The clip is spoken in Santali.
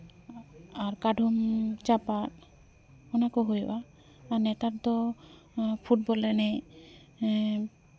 ᱠᱟᱹᱰᱷᱩᱢ ᱪᱟᱯᱟᱫ ᱚᱱᱟ ᱠᱚ ᱦᱩᱭᱩᱜᱼᱟ ᱱᱮᱛᱟᱨ ᱫᱚ ᱯᱷᱩᱴᱵᱚᱞ ᱮᱱᱮᱡ